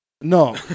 no